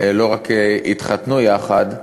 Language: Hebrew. לא רק התחתנו יחד,